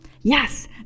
Yes